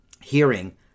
hearing